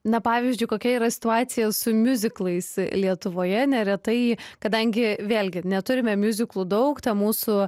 na pavyzdžiui kokia yra situacija su miuziklais lietuvoje neretai kadangi vėlgi neturime miuziklų daug mūsų